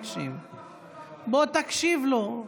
בוא תקשיב לו.